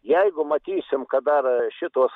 jeigu matysim kad dar šitos